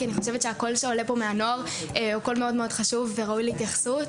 כי אני חושבת שהקול שעולה פה מהנוער הוא קול מאוד חשוב וראוי להתייחסות.